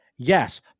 Yes